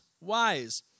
wise